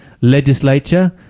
legislature